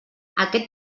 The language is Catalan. aquest